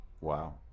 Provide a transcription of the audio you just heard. Wow